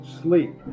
Sleep